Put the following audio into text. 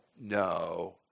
no